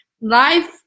life